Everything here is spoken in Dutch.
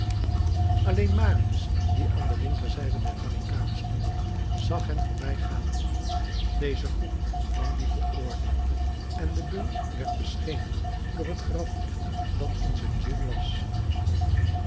alleen marius die aan de linkerzijde der barricade stond zag hen voorbijgaan deze groep van dien veroordeelde en den beul werd beschenen door het graflicht dat in zijn ziel was